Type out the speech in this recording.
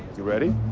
you ready?